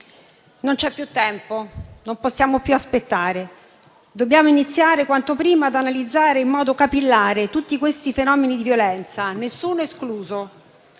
Non c'è più tempo, non possiamo più aspettare. Dobbiamo iniziare quanto prima ad analizzare in modo capillare tutti questi fenomeni di violenza, nessuno escluso.